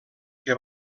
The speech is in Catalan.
que